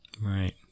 Right